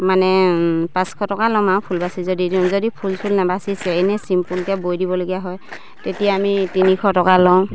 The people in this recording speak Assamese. মানে পাঁচশ টকা ল'ম আৰু ফুল বাছি যদি দিওঁ যদি ফুল চুল নেবাচি চিম্পুলকে বৈ দিবলগীয়া হয় তেতিয়া আমি তিনিশ টকা লওঁ